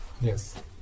Yes